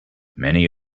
many